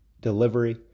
delivery